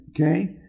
Okay